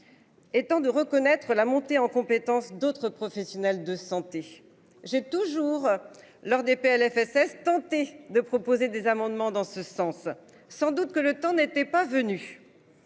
Étant de reconnaître la montée en compétence d'autres professionnels de santé. J'ai toujours. Lors des Plfss tenté de proposer des amendements dans ce sens. Sans doute que le temps n'était pas venu.